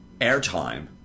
airtime